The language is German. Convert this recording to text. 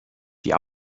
die